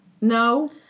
No